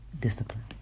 discipline